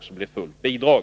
skall få fullt bidrag.